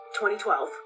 2012